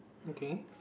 okay